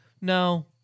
no